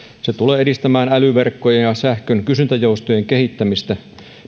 se tulee edistämään älyverkkoja ja sähkön kysyntäjoustojen kehittämistä